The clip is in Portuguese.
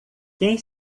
quem